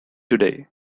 today